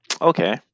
Okay